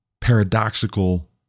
paradoxical